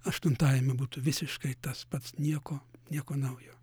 aštuntajame būtų visiškai tas pats nieko nieko naujo